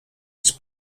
its